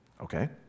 Okay